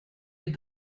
est